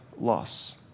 loss